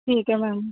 ਠੀਕ ਹੈ ਮੈਮ